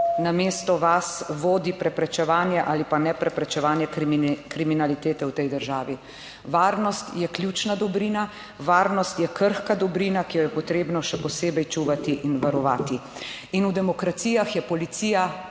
Varnost je ključna dobrina. Varnost je krhka dobrina, ki jo je potrebno še posebej čuvati in varovati in v demokracijah je policija